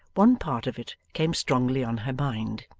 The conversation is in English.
one part of it came strongly on her mind.